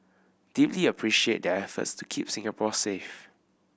deeply appreciate their efforts to keep Singapore safe